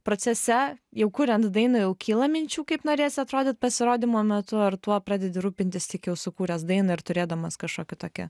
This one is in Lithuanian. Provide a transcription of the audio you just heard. procese jau kuriant dainą jau kyla minčių kaip norėsi atrodyt pasirodymo metu ar tuo pradedi rūpintis tik jau sukūręs dainą ir turėdamas kažkokį tokį